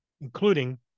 including